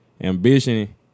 ambition